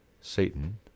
Satan